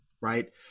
right